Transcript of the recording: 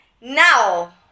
Now